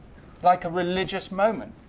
like a religious moment.